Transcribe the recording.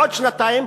בעוד שנתיים,